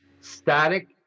static